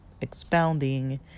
expounding